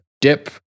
dip